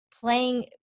playing